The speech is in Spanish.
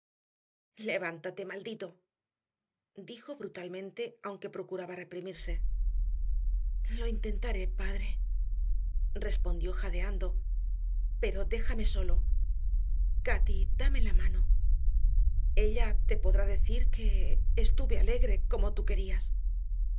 levántate maldito dijo brutalmente aunque procuraba reprimirse lo intentaré padre respondió jadeando pero déjame solo cati dame la mano ella te podrá decir que estuve alegre como tú querías